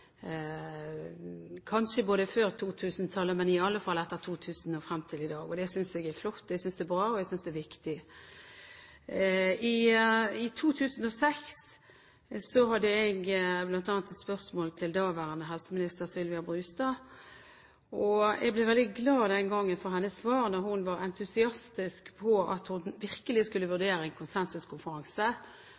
kanskje før 2000, men i alle fall etter 2000 og frem til i dag. Det synes jeg er flott, jeg synes det er bra, og jeg synes det er viktig. I 2006 hadde jeg bl.a. et spørsmål til daværende helseminister Sylvia Brustad. Jeg ble veldig glad for hennes svar den gangen. Hun var entusiastisk og skulle virkelig vurdere en konsensuskonferanse